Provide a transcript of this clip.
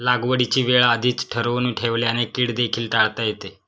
लागवडीची वेळ आधीच ठरवून ठेवल्याने कीड देखील टाळता येते